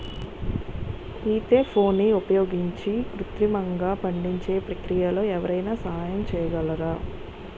ఈథెఫోన్ని ఉపయోగించి కృత్రిమంగా పండించే ప్రక్రియలో ఎవరైనా సహాయం చేయగలరా?